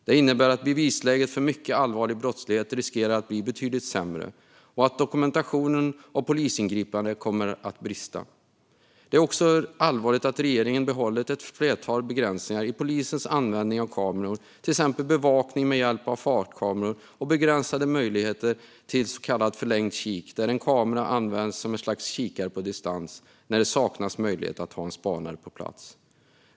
Det innebär att bevisläget vid mycket allvarlig brottslighet riskerar att bli betydligt sämre och att dokumentationen av polisingripanden kommer att brista. Det är också allvarligt att regeringen behållit ett flertal begränsningar av polisens användning av kameror. Det handlar till exempel om bevakning med hjälp av fartkameror och om begränsade möjligheter till så kallad förlängd kik, där en kamera används som ett slags kikare på distans när det saknas möjlighet att ha en spanare på plats.